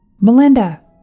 Melinda